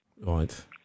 Right